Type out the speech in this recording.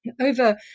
over